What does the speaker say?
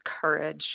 courage